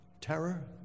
terror